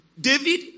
David